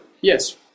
Yes